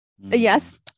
yes